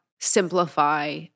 simplify